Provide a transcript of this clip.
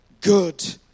good